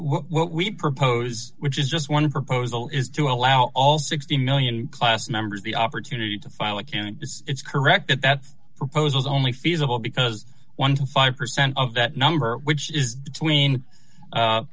what we propose which is just one proposal is to allow all sixty million class members the opportunity to file a can it's correct at that proposals only feasible because one to five percent of that number which is between